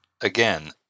Again